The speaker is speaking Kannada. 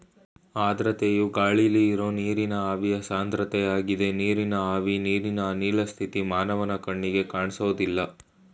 ಆರ್ದ್ರತೆಯು ಗಾಳಿಲಿ ಇರೋ ನೀರಿನ ಆವಿಯ ಸಾಂದ್ರತೆಯಾಗಿದೆ ನೀರಿನ ಆವಿ ನೀರಿನ ಅನಿಲ ಸ್ಥಿತಿ ಮಾನವನ ಕಣ್ಣಿಗೆ ಕಾಣ್ಸೋದಿಲ್ಲ